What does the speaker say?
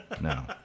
no